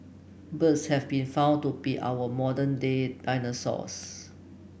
birds have been found to be our modern day dinosaurs